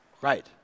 Right